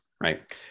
Right